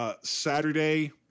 Saturday